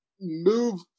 move